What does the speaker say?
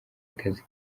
akazi